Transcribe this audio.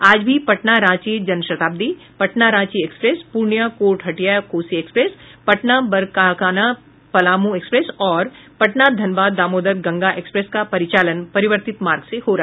आज भी Patna Ranchi Janshatabdi Patna Ranchi express Purnia court Hatia Kosi express Patna Barkakana Palamu express और पटना धनबाद दामोदर गंगा एक्सप्रेस का परिचालन परिवर्तित मार्ग से होगा